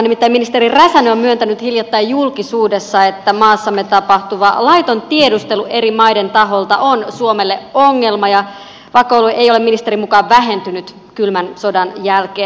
nimittäin ministeri räsänen on myöntänyt hiljattain julkisuudessa että maassamme tapahtuva laiton tiedustelu eri maiden taholta on suomelle ongelma ja vakoilu ei ole ministerin mukaan vähentynyt kylmän sodan jälkeen